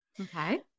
Okay